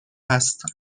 هستم